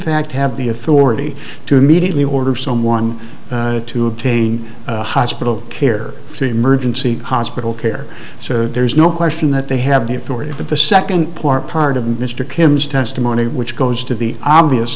fact have the authority to immediately order someone to obtain hospital care three emergency hospital care so there's no question that they have the authority but the second part of mr kim's testimony which goes to the obvious